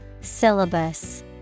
Syllabus